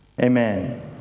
amen